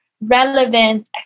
relevant